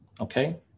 Okay